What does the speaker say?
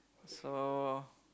so